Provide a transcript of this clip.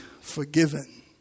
forgiven